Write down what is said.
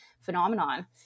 phenomenon